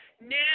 now